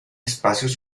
espacios